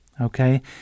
Okay